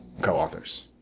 co-authors